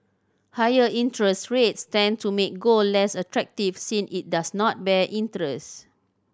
higher interest rates tend to make gold less attractive since it does not bear interest